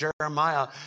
Jeremiah